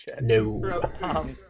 No